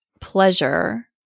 pleasure